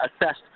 assessed